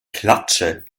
klatsche